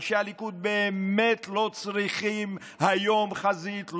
אנשי הליכוד באמת לא צריכים היום חזית,